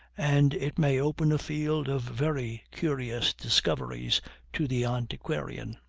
and it may open a field of very curious discoveries to the antiquarian.